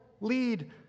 lead